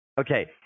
Okay